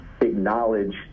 acknowledge